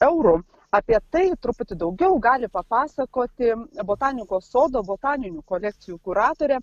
eurų apie tai truputį daugiau gali papasakoti botanikos sodo botaninių kolekcijų kuratorė